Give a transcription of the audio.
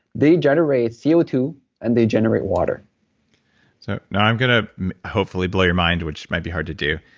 they generate c o two and they generate water so now, i'm going to hopefully blow your mind, which might be hard to do.